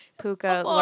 Puka